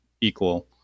equal